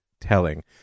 telling